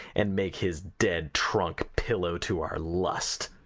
and make his dead trunk pillow to our lust.